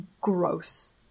gross